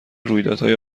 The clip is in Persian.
رویدادهای